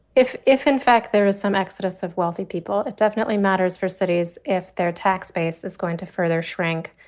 if if in fact there is some exodus of wealthy people, it definitely matters for cities if their tax base is going to further further shrink.